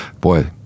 Boy